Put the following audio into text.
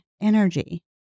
energy